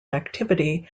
activity